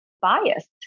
biased